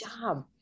job